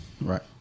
Right